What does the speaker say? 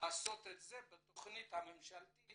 לעשות בתכנית הממשלתית